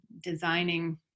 designing